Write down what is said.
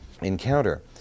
encounter